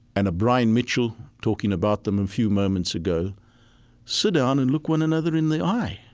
and a brian mitchell talking about them a few moments ago sit down and look one another in the eye.